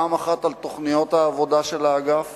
פעם אחת על תוכניות העבודה של האגף